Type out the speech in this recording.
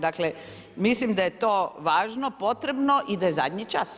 Dakle, mislim da je to važno, potrebno i da je zadnji čas.